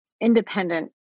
independent